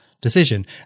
decision